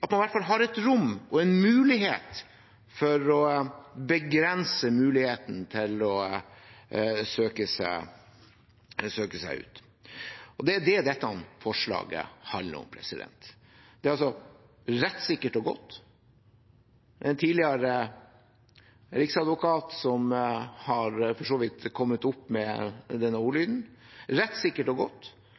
at man i hvert fall har et rom og en mulighet for å begrense muligheten til å søke seg ut. Det er det dette forslaget handler om. Det er altså rettssikkert og godt – det er for så vidt en tidligere riksadvokat som har kommet opp med denne ordlyden – og